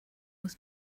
was